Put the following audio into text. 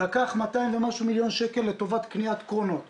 לקח 218 מיליון שקלים לטובת קניית קרונות לרכבת.